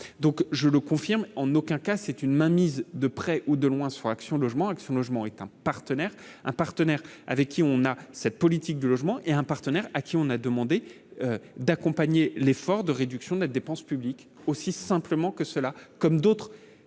donc je le confirme, en aucun cas c'est une mainmise de près ou de loin son action logement avec son logement est un partenaire, un partenaire avec qui on a cette politique du logement et un partenaire à qui on a demandé d'accompagner l'effort de réduction de la dépense publique, aussi simplement que cela, comme d'autres